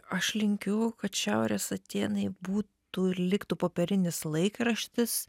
aš linkiu kad šiaurės atėnai būtų liktų popierinis laikraštis